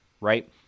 right